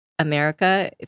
America